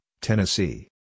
Tennessee